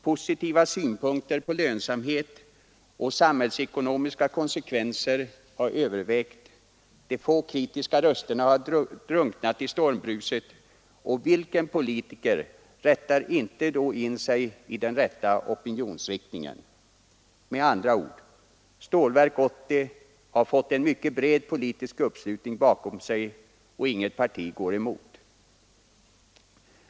Positiva synpunkter på lönsamhet och samhällsekonomiska konsekvenser har övervägt, de få kritiska rösterna har drunknat i stormbruset, och vilken politiker rättar inte då in sig i den rådande opinionsriktningen? Med andra ord: Stålverk 80 har fått en mycket bred politisk uppslutning bakom sig, och inget parti går emot.